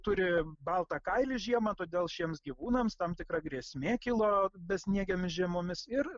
turi baltą kailį žiemą todėl šiems gyvūnams tam tikra grėsmė kilo besniegėmis žiemomis ir